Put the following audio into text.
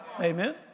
Amen